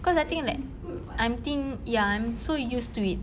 cause I think that I'm thin~ ya I'm so used to it